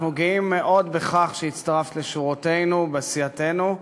אנחנו גאים מאוד בכך שהצטרפת לשורותינו בסיעתנו.